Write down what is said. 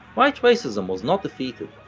white racism was not defeated,